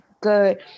good